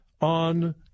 on